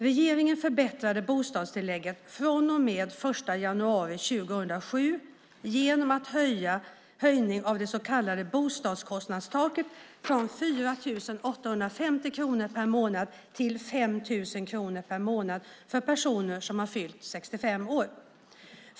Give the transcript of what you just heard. Regeringen förbättrade bostadstillägget från och med den 1 januari 2007 genom en höjning av det så kallade bostadskostnadstaket från 4 850 kronor per månad till 5 000 kronor per månad för personer som har fyllt 65 år.